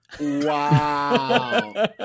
Wow